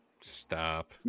stop